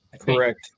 Correct